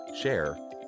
share